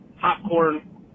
popcorn